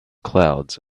clouds